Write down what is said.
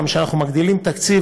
כשאנחנו מגדילים תקציב,